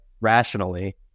rationally